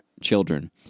children